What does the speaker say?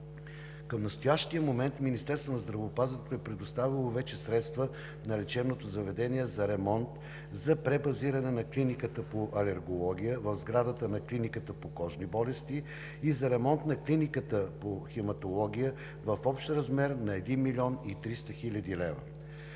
Към настоящия момент Министерството на здравеопазването е предоставило вече средства на лечебното заведение за ремонт, за пребазиране на Клиниката по алергология в сградата на Клиниката по кожни болести и за ремонт на Клиниката по хематология в общ размер на 1 млн. 300 хил. лева.